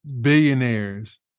billionaires